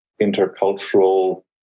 intercultural